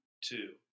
two